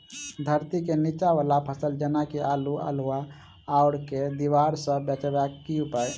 धरती केँ नीचा वला फसल जेना की आलु, अल्हुआ आर केँ दीवार सऽ बचेबाक की उपाय?